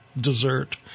dessert